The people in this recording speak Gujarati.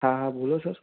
હા હા બોલો સર